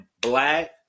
black